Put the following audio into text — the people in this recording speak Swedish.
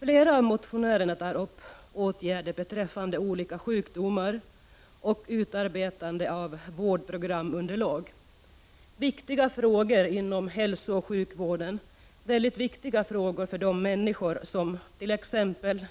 Flera av motionärerna tar upp åtgärder beträffande olika sjukdomar och utarbetande av vårdprogramunderlag. Det är mycket viktiga frågor inom hälsooch sjukvården, t.ex. för de människor som